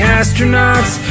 astronauts